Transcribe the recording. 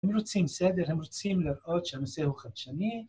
הם רוצים סדר, הם רוצים לראות שהנושא הוא חדשני